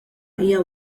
hija